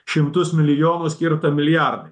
šimtus milijonų skirta milijardai